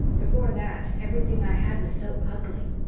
before that everything i had was so ugly.